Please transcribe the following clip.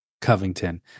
Covington